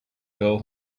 girl